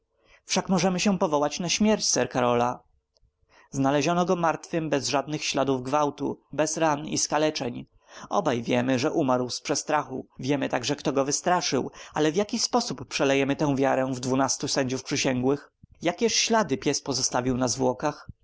wszak możemy się powołać na śmierć sir karola znaleziono go martwym bez żadnych śladów gwałtu bez ran i skaleczeń obaj wiemy że umarł z przestrachu wiemy także kto go wystraszył ale w jaki sposób przelejemy tę wiarę w dwunastu sędziów przysięgłych jakież ślady pies pozostawił na